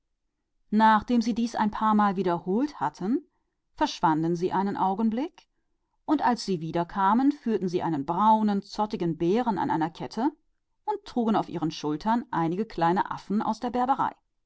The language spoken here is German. nachdem sie das mehrere male wiederholt hatten verschwanden sie auf einen augenblick und kehrten mit einem braunen zottigen bär an einer kette zurück und trugen auf ihren schultern kleine berberaffen der